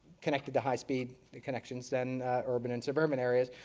connected to high speed connections than urban and so urban areas.